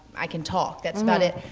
i can talk, that's about it.